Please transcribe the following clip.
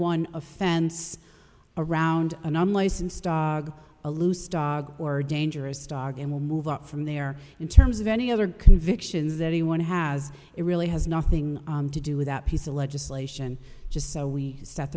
one offense around an unlicensed dog a loose dog or a dangerous dog and will move up from there in terms of any other convictions that he one has it really has nothing to do with that piece of legislation just so we set